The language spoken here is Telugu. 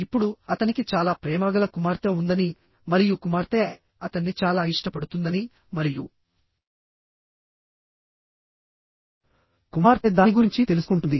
ఇప్పుడు అతనికి చాలా ప్రేమగల కుమార్తె ఉందని మరియు కుమార్తె అతన్ని చాలా ఇష్టపడుతుందని మరియు కుమార్తె దాని గురించి తెలుసుకుంటుంది